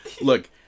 look